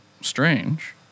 strange